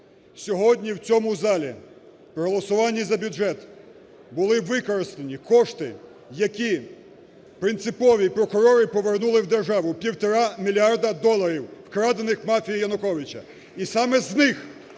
Сьогодні в цьому залі при голосуванні за бюджет були використані кошти, які принципові, і прокурори повернули в державу 1,5 мільярда доларів, вкрадених мафією Януковича.